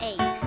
ache